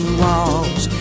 walls